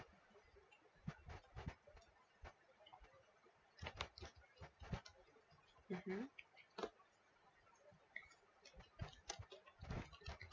mmhmm